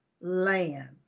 land